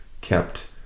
kept